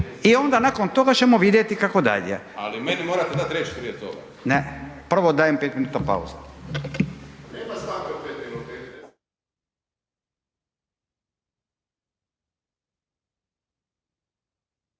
i onda nakon ćemo vidjeti kako dalje …/Upadica: Ali meni morate dati riječ prije toga./… ne, prvo dajem 5 minuta pauze.